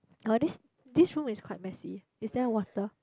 I want this this room is quite messy is there water